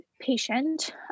patient